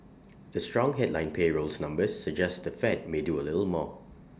the strong headline payrolls numbers suggest the fed may do A little more